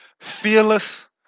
fearless